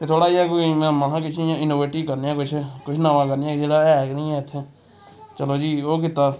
ते थोह्ड़ा जेह कोई में महां किश इयां इनोवेटिव कन्नै किश कुछ नमां करने जेह्ड़ा ऐ गै निं ऐ इत्थै चलो जी ओह् कीता